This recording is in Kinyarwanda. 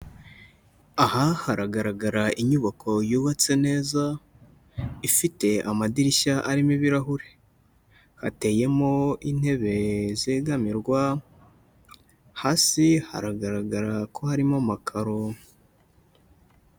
Aha hagaragara inyubako yubatse neza ifite amadirishya arimo ibirahure, hateyemo intebe zegamirwa, hasi haragaragara ko harimo amakaro.